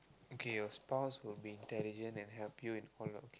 okay your spouse will be intelligent and help you in all okay